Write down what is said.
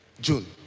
June